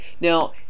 Now